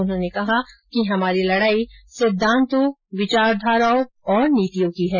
उन्होंने कहा कि हमारी लडाई सिद्वांतों विचारधारा और नीतियो की है